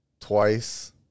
twice